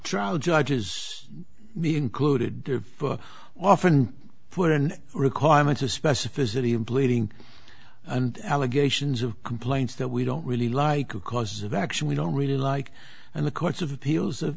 trial judge's me included often put in requirements of specificity in pleading and allegations of complaints that we don't really like a cause of action we don't really like and the courts of appeals